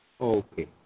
Okay